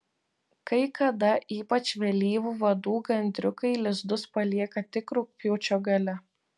kai kada ypač vėlyvų vadų gandriukai lizdus palieka tik rugpjūčio gale